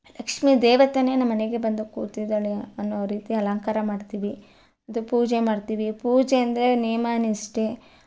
ಲಕ್ಷ್ಮಿ ದೇವತೆಯೇ ನಮ್ಮ ಮನೆಗೆ ಬಂದು ಕೂತಿದ್ದಾಳೆ ಅನ್ನೋ ರೀತಿ ಅಲಂಕಾರ ಮಾಡ್ತೀವಿ ಅದು ಪೂಜೆ ಮಾಡ್ತೀವಿ ಪೂಜೆ ಅಂದರೆ ನೇಮ ನಿಷ್ಠೆ